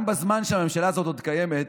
גם בזמן שהממשלה הזאת עוד קיימת,